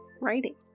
writing